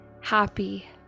happy